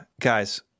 guys